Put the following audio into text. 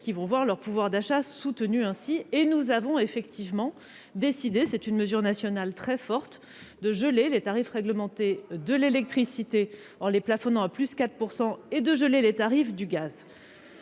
qui vont ainsi voir leur pouvoir d'achat soutenu. Nous avons effectivement décidé- c'est une mesure nationale très forte -de geler les tarifs réglementés de l'électricité, en plafonnant leur hausse à 4 %, et les tarifs du gaz.